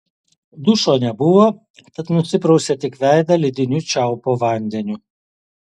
dušo nebuvo tad nusiprausė tik veidą lediniu čiaupo vandeniu